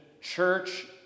church